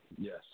Yes